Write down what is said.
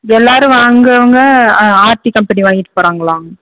எல்லோரும் வாங்குகிறவங்க ஆ ஆச்சி கம்பெனி வாங்கிட்டு போகிறாங்களா